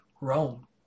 Rome